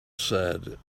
said